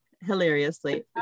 hilariously